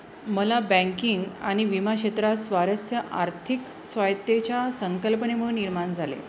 मला बँकिंग आणि विमा क्षेत्रात स्वारस्य आर्थिक स्वायत्ततेच्या संकल्पनेमुळे निर्माण झाले